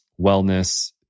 wellness